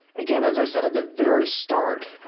again, as i said at the very start,